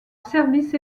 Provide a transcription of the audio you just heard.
service